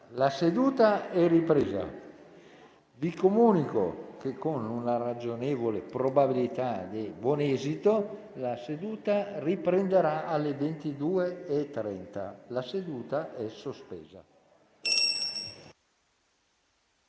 alle ore 21,34)*. Vi comunico che, con una ragionevole probabilità di buon esito, la seduta riprenderà alle ore 22,30. La seduta è sospesa.